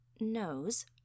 Nose